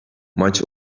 maç